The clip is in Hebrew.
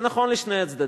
זה נכון לשני הצדדים.